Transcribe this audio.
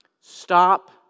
Stop